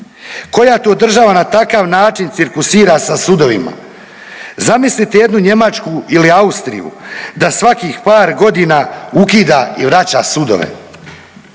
Koja to država na takav način cirkusira sa sudovima. Zamislite jednu Njemačku ili Austriju da svakih par godina ukida i vraća sudove.